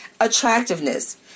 attractiveness